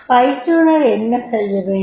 பயிற்றுனர் என்ன செய்யவேண்டும்